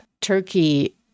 turkey